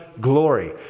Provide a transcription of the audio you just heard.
glory